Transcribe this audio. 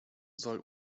soll